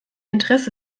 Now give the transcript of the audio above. interesse